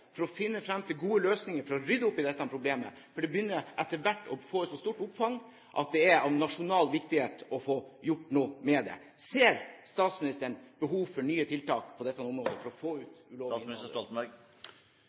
for å finne fram til gode løsninger for å rydde opp i dette problemet, for dette begynner etter hvert å få et så stort omfang at det er av nasjonal viktighet å få gjort noe med det. Ser statsministeren behov for nye tiltak på dette området for å få